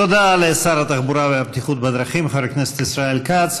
תודה לשר התחבורה והבטיחות בדרכים חבר הכנסת ישראל כץ,